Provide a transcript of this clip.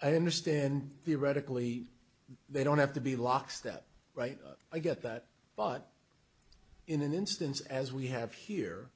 i understand theoretically they don't have to be lockstep right i get that but in an instance as we have here